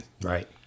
right